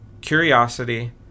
curiosity